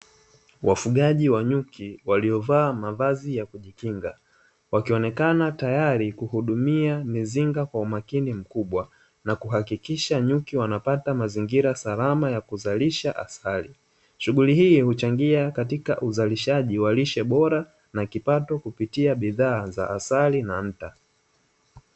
Wafugaji wa nyuki waliofaa mavazi ya kujikinga wakionekana tayari kuhudumia mizinga kwa umakini mkubwa na kuhakikisha nyuki wanapata mazingira salama ya kuzalisha asali, shughuli hii huchangia katika uzalishaji wa lishe bora na kipato kupitia bidhaa za asali na nta.